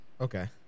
Okay